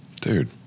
Dude